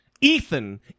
Ethan